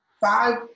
five